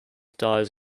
dies